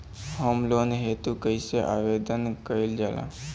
Home loan हेतु कइसे आवेदन कइल जाला?